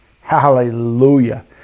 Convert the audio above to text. Hallelujah